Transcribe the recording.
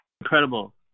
Incredible